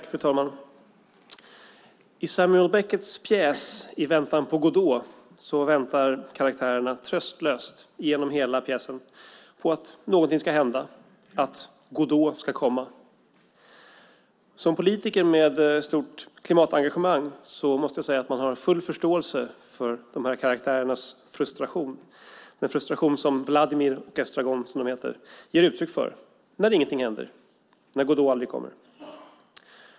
Fru talman! I Samuel Becketts pjäs I väntan på Godot väntar karaktärerna tröstlöst, genom hela pjäsen, på att något ska hända - att Godot ska komma. Som politiker med stort klimatengagemang har man stor förståelse för den frustration som karaktärerna i pjäsen, Vladimir och Estragon, ger uttryck för när ingenting händer och Godot aldrig kommer.